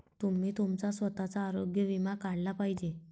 तुम्ही तुमचा स्वतःचा आरोग्य विमा काढला पाहिजे